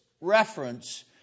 reference